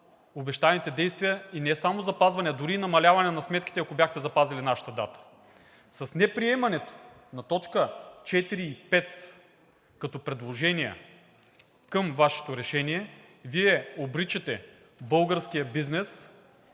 обещаните действия – и не само запазване, а дори и намаляване на сметките – ако бяхте запазили нашата дата. С неприемането на т. 4 и т. 5 като предложения към Вашето решение Вие обричате българския бизнес